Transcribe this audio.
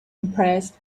impressed